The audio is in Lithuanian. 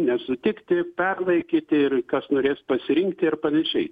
nesutikti perlaikyti ir kas norės pasirinkti ir panašiai